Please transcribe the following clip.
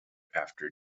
after